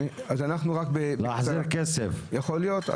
יכול להיות.